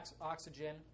oxygen